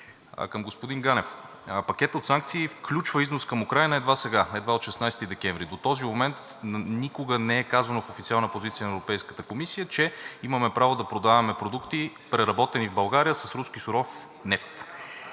Към господин Ганев. Пакетът от санкции включва износ към Украйна едва сега, едва от 16 декември. До този момент никога не е казвано в официална позиция на Европейската комисия, че имаме право да продаваме продукти, преработени в България с руски суров нефт.